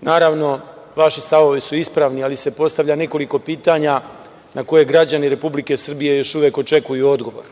naravno, vaši stavovi su ispravni, ali se postavlja nekoliko pitanja na koje građani Republike Srbije još uvek očekuju odgovor.